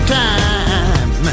time